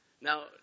Now